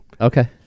okay